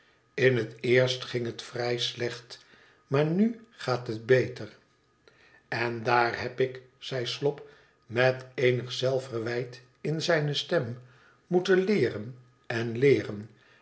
in het eerst ging het vrij slecht maar nu gaat het beter f en daar heb ik zei slop met eenig zelfverwijt in zijne stem moeten leeren en leeren